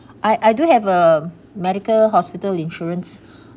I I do have a medical hospital insurance